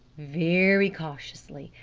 very cautiously,